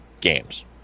games